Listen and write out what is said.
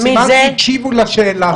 סימן שהקשיבו לשאלה שלו.